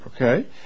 Okay